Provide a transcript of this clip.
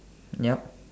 yup